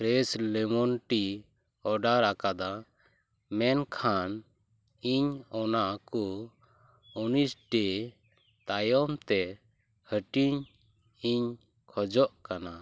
fresh lemon tea order ᱟᱠᱟᱫᱟ ᱢᱮᱱᱠᱷᱟᱱ ᱤᱧ ᱚᱱᱟᱠᱩ ᱩᱱᱤᱥᱴᱤ ᱛᱟᱭᱚᱢᱛᱮ ᱦᱟᱹᱴᱤᱧ ᱤᱧ ᱠᱷᱚᱡᱚᱜ ᱠᱟᱱᱟ